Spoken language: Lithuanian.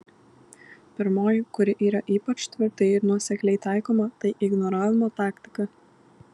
pirmoji kuri yra ypač tvirtai ir nuosekliai taikoma tai ignoravimo taktika